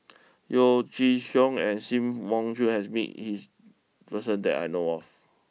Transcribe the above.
Yeo Chee Kiong and Sim Wong Hoo has met his person that I know of